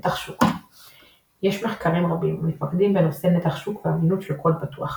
נתח שוק יש מחקרים רבים המתמקדים בנושאי נתח שוק ואמינות של קוד פתוח,